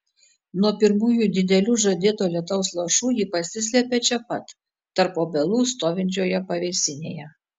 nuo pirmųjų didelių žadėto lietaus lašų ji pasislepia čia pat tarp obelų stovinčioje pavėsinėje